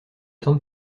temps